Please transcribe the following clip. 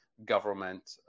government